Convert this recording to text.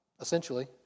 essentially